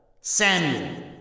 Samuel